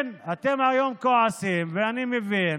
כן, אתם היום כועסים, ואני מבין,